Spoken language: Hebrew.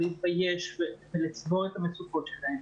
להתבייש ולצבור את המצוקות שלהם.